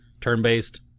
turn-based